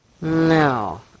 No